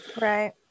Right